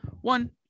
one